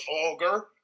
vulgar